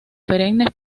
perennes